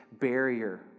barrier